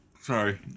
Sorry